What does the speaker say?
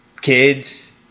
Kids